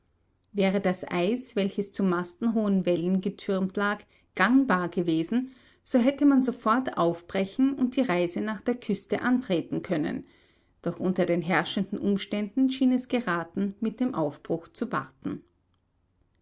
wäre das eis welches zu mastenhohen wällen getürmt lag gangbarer gewesen so hätte man sofort aufbrechen und die reise nach der küste antreten können doch unter den herrschenden umständen schien es geraten mit dem aufbruch zu warten